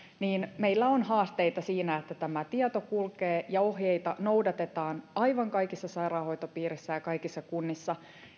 niin meillä on haasteita siinä että tieto kulkee ja ohjeita noudatetaan aivan kaikissa sairaanhoitopiireissä ja kaikissa kunnissa